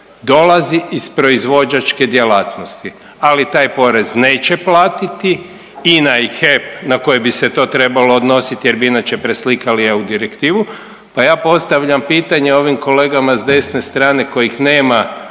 dolazi iz proizvođačke djelatnosti. Ali taj porez neće platiti INA i HEP na koje bi se to trebalo odnositi jer bi inače preslikali EU direktivu. Pa ja postavljam pitanje ovim kolegama s desne strane kojih nema